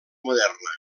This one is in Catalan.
moderna